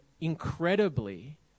incredibly